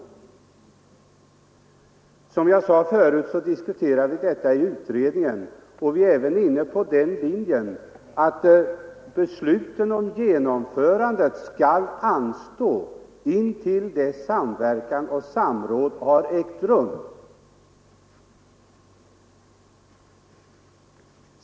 Som jag sade förut har vi diskuterat detta i utredningen. Vi är inne på den linjen att beslut om genomförandet skall anstå intill dess samverkan och samråd har ägt rum.